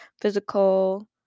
physical